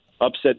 upset